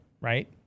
right